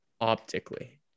optically